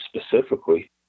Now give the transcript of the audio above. specifically